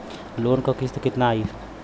Loan क किस्त कितना आई?